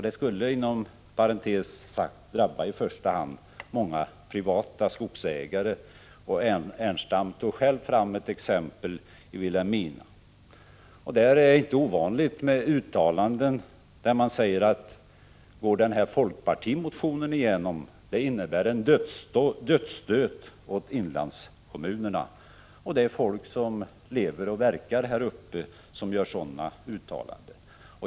Det skulle inom parentes sagt drabba i första hand många privata skogsägare. Lars Ernestam tog själv ett exempel från Vilhelmina. Det är inte ovanligt att man säger att om den här folkpartimotionen går igenom, så innebär det en dödsstöt åt inlandskommunerna. Det är folk som lever och verkar där uppe som gör sådana uttalanden.